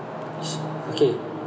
okay